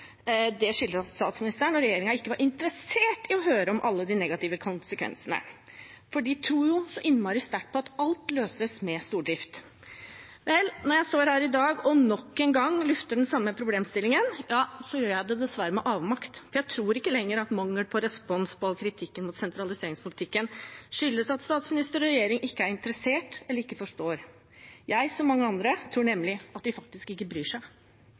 at statsministeren og regjeringen ikke var interessert i høre om alle de negative konsekvensene, for de tror jo så innmari sterkt på at alt løses med stordrift. Når jeg står her i dag og nok en gang lufter den samme problemstillingen, gjør jeg det dessverre med avmakt, for jeg tror ikke lenger at mangel på respons på all kritikken mot sentraliseringspolitikken skyldes at statsminister og regjering ikke er interessert eller ikke forstår. Jeg – som mange andre – tror nemlig at de faktisk ikke bryr seg.